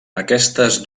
aquestes